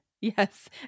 Yes